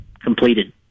completed